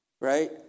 right